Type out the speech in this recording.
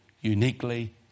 uniquely